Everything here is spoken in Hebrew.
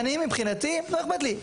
מבחינתי לא אכפת לי,